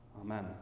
Amen